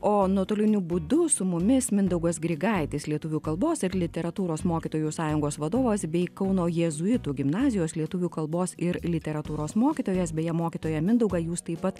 o nuotoliniu būdu su mumis mindaugas grigaitis lietuvių kalbos ir literatūros mokytojų sąjungos vadovas bei kauno jėzuitų gimnazijos lietuvių kalbos ir literatūros mokytojas beje mokytoją mindaugą jūs taip pat